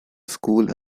school